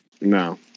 no